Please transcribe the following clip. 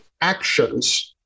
actions